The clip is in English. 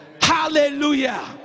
Hallelujah